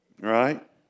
Right